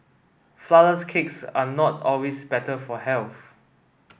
flourless cakes are not always better for health